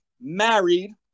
married